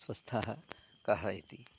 स्वस्थाः कः इति